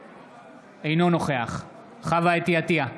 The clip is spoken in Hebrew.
אינו נוכח חוה אתי עטייה,